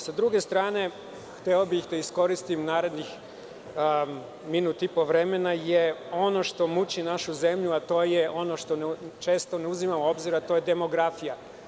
Sa druge strane, hteo bih da iskoristim narednih minut i po vremena na ono što muči našu zemlju, a to je ono što često ne uzimamo u obzir, a to je demografija.